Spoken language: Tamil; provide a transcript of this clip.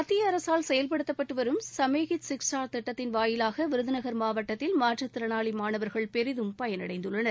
மத்திய அரசால் செயல்படுத்தப்பட்டு வரும் சமேகித் சிக்ஷா திட்டத்தின் வாயிலாக விருதுநகர் மாவட்டத்தில் மாற்றுத் திறனாளி மாணவர்கள் பெரிதும் பயனடைந்துள்ளனர்